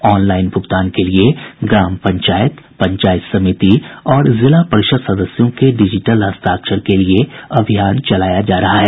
online भूगतान के लिए ग्राम पंचायत पंचायत समिति और जिला परिषद सदस्यों के डिजिटल हस्ताक्षर के लिए अभियान चलाया जा रहा है